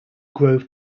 grove